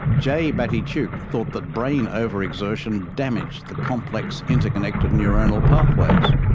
j batty tuke thought that brain over-exertion damaged the complex interconnected neuronal pathways.